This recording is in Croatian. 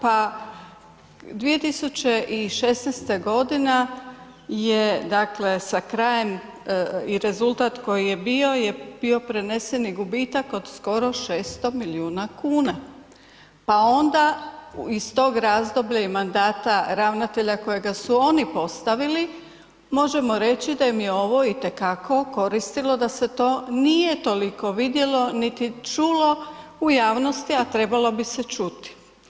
Pa 2016. godina sa krajem i rezultat koji je bio je bio preneseni gubitak od skoro 600 milijuna kuna pa onda iz tog razdoblja i mandata ravnatelja kojega su oni postavili, možemo reći da im je ovo itekako koristilo da se to nije toliko vidjelo niti čulo u javnosti, a trebalo bi se čuti.